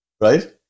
Right